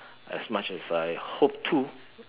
as much as I hoped to